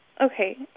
Okay